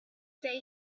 day